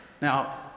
Now